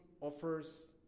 offers